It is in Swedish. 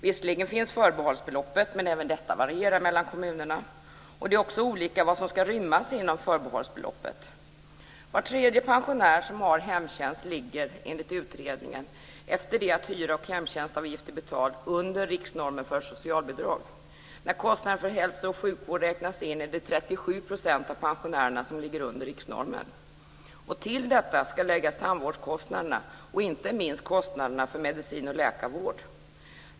Visserligen finns förbehållsbeloppet, men även detta varierar mellan kommunerna. Det är också olika vad som ska rymmas inom förbehållsbeloppet. enligt utredningen efter det att hyra och hemtjänstavgift är betald - under riksnormen för socialbidrag. När kostnaden för hälso och sjukvård räknas in är det 37 % av pensionärerna som ligger under riksnormen. Till detta ska läggas tandvårdskostnaderna och inte minst kostnaderna för medicin och läkarvård.